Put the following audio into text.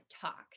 talk